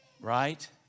Right